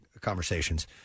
conversations